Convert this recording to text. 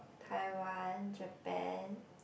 Taiwan Japan